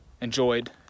enjoyed